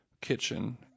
kitchen